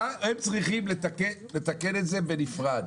הם צריכים לתקן את זה בנפרד.